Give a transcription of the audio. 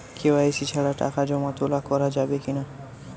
KYC ছাড়া টাকা জমা তোলা করা যাবে কি না?